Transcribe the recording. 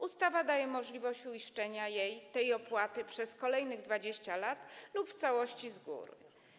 Ustawa daje możliwość uiszczenia tej opłaty przez kolejnych 20 lat lub w całości, z góry.